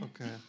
Okay